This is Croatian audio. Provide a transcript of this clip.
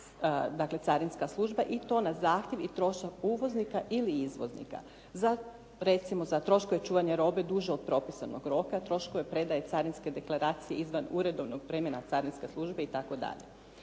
dakle carinska služba i to na zahtjev i trošak uvoznika ili izvoznika za, recimo za troškove čuvanja robe duže od propisanog roka, troškove predaje carinske deklaracije izvan uredovnog vremena carinske službe i